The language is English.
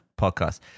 podcast